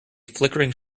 flickering